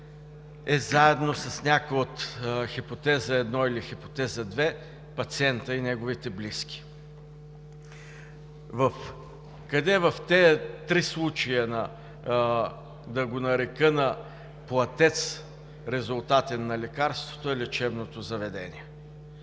е заедно с някоя от хипотеза № 1 или хипотеза № 2 – пациентът и неговите близки. Къде в тези три случая, да го нарека „резултатен“ платец на лекарството, е лечебното заведение?